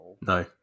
No